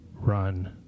run